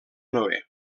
noè